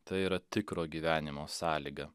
tai yra tikro gyvenimo sąlyga